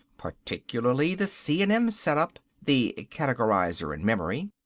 particularly the c and m setup the categorizer and memory.